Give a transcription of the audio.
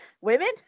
women